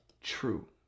true